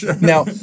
Now